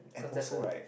cause that's a